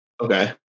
okay